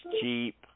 cheap